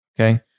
okay